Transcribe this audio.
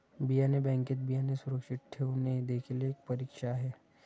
बियाणे बँकेत बियाणे सुरक्षित ठेवणे देखील एक परीक्षा आहे